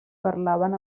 parlaven